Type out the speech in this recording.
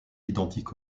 identiques